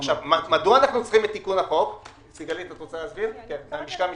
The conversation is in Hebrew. למה אנחנו צריכים את תיקון החוק - הלשכה המשפטית,